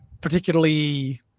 particularly